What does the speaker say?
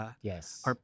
Yes